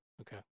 Okay